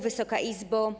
Wysoka Izbo!